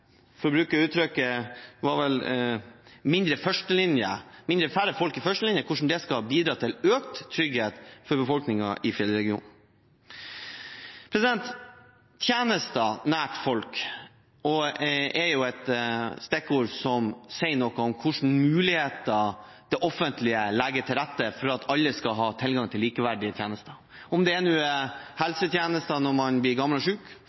færre folk i førstelinje – skal bidra til økt trygghet for befolkningen i Fjellregionen? Tjenester nær folk er et stikkord som sier noe om hvilke muligheter det offentlige legger til rette for, for at alle skal ha tilgang til likeverdige tjenester – om det er helsetjenester når man blir gammel og